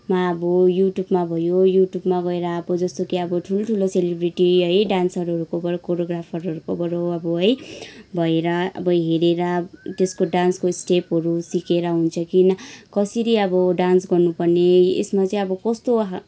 मा अब युट्युबमा भयो युट्युबमा गएर अब जस्तो कि अब ठुल्ठुलो सेलिब्रेटी है डान्सरहरूकोबाट कोरियोग्राफरहरूबाट अब है भएर अब हेरेर त्यसको डान्सको स्टेपहरू सिकेर हुन्छ कि न कसरी अब डान्स गर्नुपर्ने यसमा चाहिँ अब कस्तो